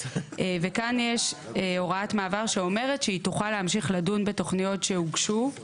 וכאן יש הוראת מעבר שאומרת שהיא תוכל להמשיך לדון בתוכניות שהוגשו גם